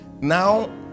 now